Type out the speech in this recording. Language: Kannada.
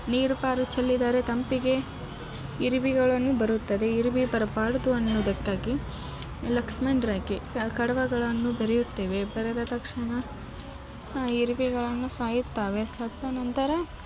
ನೀರು ಪಾರು ಚೆಲ್ಲಿದರೆ ತಂಪಿಗೆ ಇರಿವಿಗಳನ್ನು ಬರುತ್ತದೆ ಇರಿವಿ ಬರಬಾರ್ದು ಅನ್ನೋದಕ್ಕಾಗಿ ಲಕ್ಷ್ಮಣ್ ರೇಖೆ ಕಡವಗಳನ್ನು ಬರೆಯುತ್ತೇವೆ ಬರೆದ ತಕ್ಷಣ ಇರಿವಿಗಳನ್ನು ಸಾಯುತ್ತವೆ ಸತ್ತ ನಂತರ